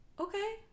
okay